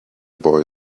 boy